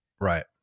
Right